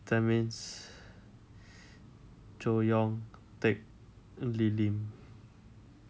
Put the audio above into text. that means jo yong take lilin